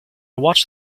watched